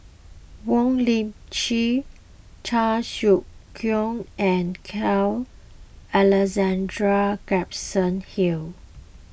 Wong Lip Chin Chan Sek Keong and Carl Alexander Gibson Hill